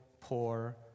poor